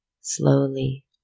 slowly